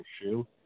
shoe